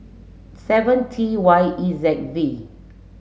seven T Y E Z V